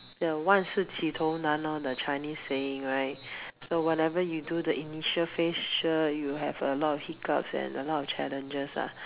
the 万事起头难 lor the Chinese saying right so whatever you do the initial phase sure you will have a lot of hiccups and a lot of challenges lah